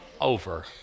over